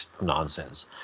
nonsense